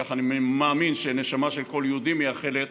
כך אני מאמין שנשמה של כל יהודי מייחלת,